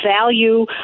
value